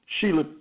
Sheila